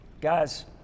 Guys